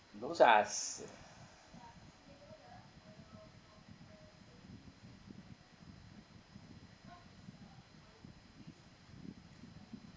those are s~